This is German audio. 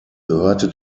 gehörte